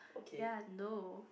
ya no